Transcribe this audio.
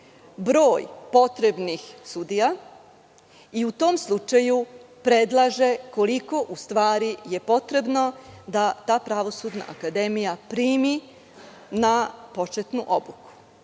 broj potrebnih sudija i u tom slučaju predlaže koliko u stvari je potrebno da ta Pravosudna akademija prime na početnu obuku.